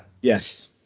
Yes